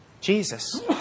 Jesus